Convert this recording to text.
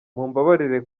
mumbabarire